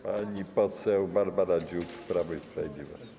Pani poseł Barbara Dziuk, Prawo i Sprawiedliwość.